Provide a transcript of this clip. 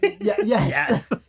Yes